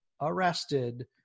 arrested